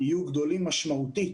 יהיו גדולים משמעותית